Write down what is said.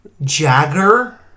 Jagger